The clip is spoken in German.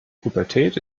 pubertät